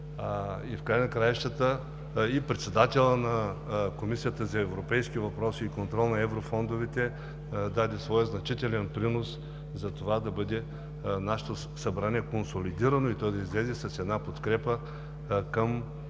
В края на краищата и председателят на Комисията по европейските въпроси и контрол на европейските фондове даде своя значителен принос за това да бъде нашето Събрание консолидирано и то да излезе с една подкрепа към